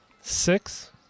Six